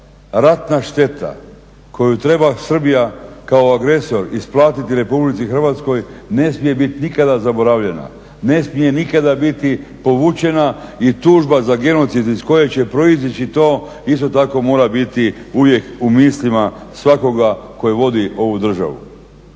ratna šteta koju treba Srbija kao agresor isplatiti RH ne smije biti nikada zaboravljena. Ne smije nikada biti povučena i tužba za genocid iz koje će proizići to isto tako mora biti uvijek u mislima svakoga koji vodi ovu državu.